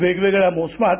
वेगवेगळ्या मोसमात